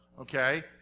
okay